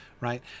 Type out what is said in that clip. Right